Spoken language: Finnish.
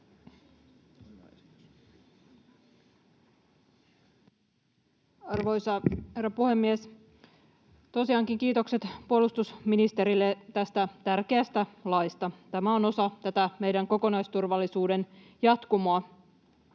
Arvoisa herra puhemies! Tosiaankin kiitokset puolustusministerille tästä tärkeästä laista. Tämä on osa tätä meidän kokonaisturvallisuuden jatkumoa.